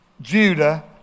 Judah